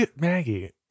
Maggie